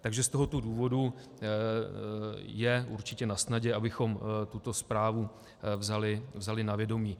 Takže z tohoto důvodu je určitě nasnadě, abychom tuto zprávu vzali na vědomí.